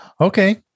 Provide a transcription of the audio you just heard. Okay